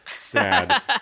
sad